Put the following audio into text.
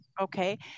Okay